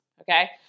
okay